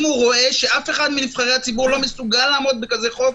אם הוא רואה שאף אחד מנבחרי הציבור לא מסוגל לעמוד בכזה חוק,